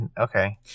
Okay